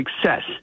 success